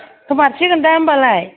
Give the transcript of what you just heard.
होमारसिगोन दा होमबालाय